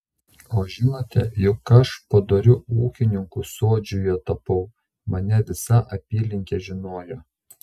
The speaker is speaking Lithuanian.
o žinote juk aš padoriu ūkininku sodžiuje tapau mane visa apylinkė žinojo